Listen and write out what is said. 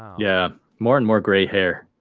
yeah more and more gray hair